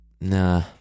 Nah